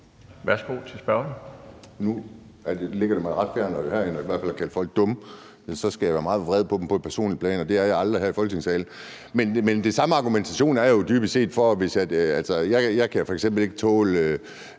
Værsgo til spørgeren.